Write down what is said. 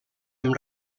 amb